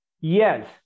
yes